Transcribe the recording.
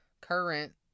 current